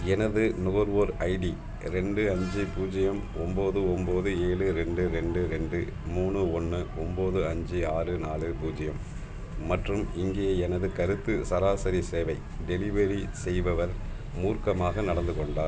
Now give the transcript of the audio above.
எனது நுகர்வோர் ஐடி ரெண்டு அஞ்சு பூஜ்ஜியம் ஒம்பது ஒம்பது ஏழு ரெண்டு ரெண்டு ரெண்டு மூணு ஒன்று ஒம்பது அஞ்சு ஆறு நாலு பூஜ்ஜியம் மற்றும் இங்கே எனது கருத்து சராசரி சேவை டெலிவரி செய்பவர் மூர்க்கமாக நடந்துக் கொண்டார்